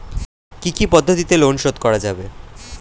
কি কি পদ্ধতিতে লোন শোধ করা যাবে?